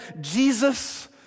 Jesus